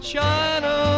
China